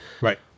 Right